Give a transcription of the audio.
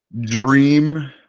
dream